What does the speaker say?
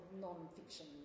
non-fiction